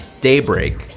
Daybreak